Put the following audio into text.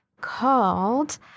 called